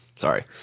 Sorry